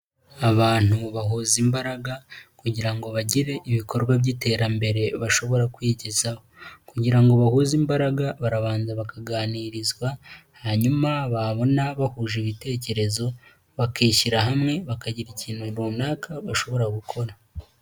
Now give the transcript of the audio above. Abantu bahuza imbaraga kugira ngo bagire ibikorwa by'iterambere bashobora kwigezaho kugira ngo bahuze imbaraga barabanza bakaganirizwa hanyuma babona bahuje ibitekerezo bakishyira hamwe bakagira ikintu runaka bashobora gukora.